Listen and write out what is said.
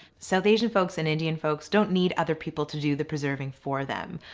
south asian folks and indian folks don't need other people to do the preserving for them.